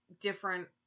different